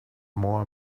more